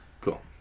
Cool